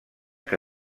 que